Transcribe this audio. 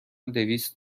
دویست